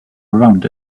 around